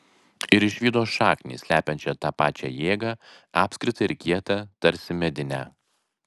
ir išvydo šaknį slepiančią tą pačią jėgą apskritą ir kietą tarsi medinę